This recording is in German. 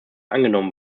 angenommen